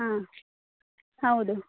ಹಾಂ ಹೌದು